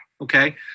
Okay